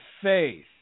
faith